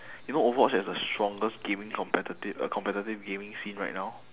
you know overwatch has the strongest gaming competitive uh competitive gaming scene right now